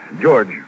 George